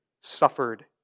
suffered